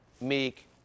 Meek